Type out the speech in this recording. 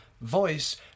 voice